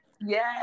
Yes